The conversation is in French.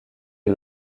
est